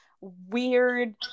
weird